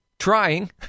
Trying